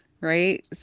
right